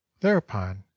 Thereupon